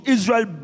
Israel